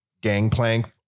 gangplank